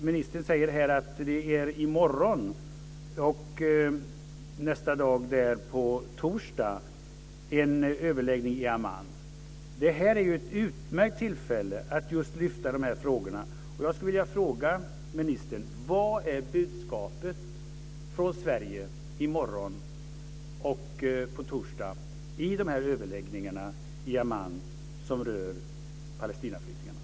Ministern säger att det i morgon och på torsdag ska ske en överläggning i Amman. Det är ju ett utmärkt tillfälle att lyfta de här frågorna! Jag skulle vilja fråga ministern vilket budskapet från Sverige är i morgon och på torsdag i överläggningarna i Amman som rör Palestinaflyktingarna.